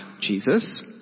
Jesus